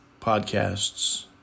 podcasts